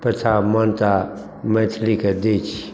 प्रथा मान्यता मैथिलीके दै छी